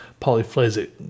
polyphasic